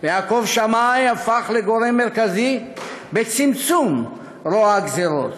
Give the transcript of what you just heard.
ויעקב שמאי הפך לגורם מרכזי בצמצום רוע הגזירה.